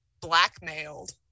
blackmailed